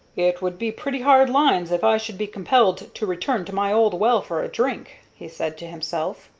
it would be pretty hard lines if i should be compelled to return to my old well for a drink, he said to himself.